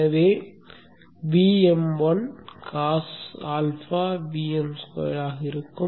எனவே Vm1cosα Vm2 ஆக இருக்கும்